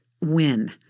win